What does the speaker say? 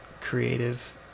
creative